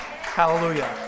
Hallelujah